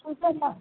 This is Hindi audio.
ठीक है मैम